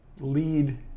lead